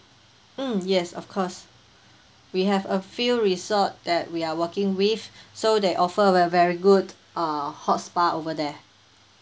mm yes of course we have a few resort that we are working with so they offer a very good uh hot spa over there